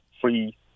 free